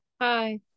hi